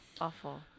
Awful